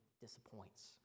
disappoints